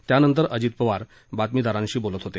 त्यानंतर अजित पवार बातमीदारांशी बोलत होते